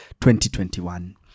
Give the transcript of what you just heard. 2021